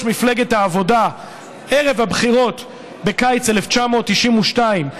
מפלגת העבודה ערב הבחירות בקיץ 1992,